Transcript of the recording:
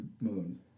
moon